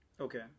Okay